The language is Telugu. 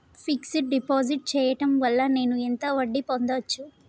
ఫిక్స్ డ్ డిపాజిట్ చేయటం వల్ల నేను ఎంత వడ్డీ పొందచ్చు?